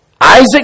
Isaac